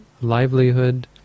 livelihood